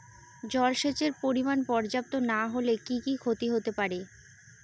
জলসেচের পরিমাণ পর্যাপ্ত না হলে কি কি ক্ষতি হতে পারে?